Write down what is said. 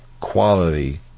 quality